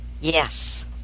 yes